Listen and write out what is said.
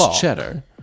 cheddar